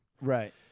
Right